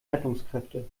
rettungskräfte